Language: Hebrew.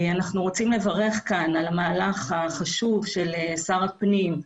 אנחנו רוצים לברך כאן על המהלך החשוב של שר הפנים,